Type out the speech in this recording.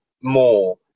more